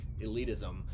elitism